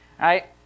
right